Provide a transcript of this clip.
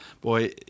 boy